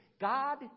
God